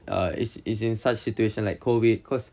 uh it's in it's in such situation like COVID cause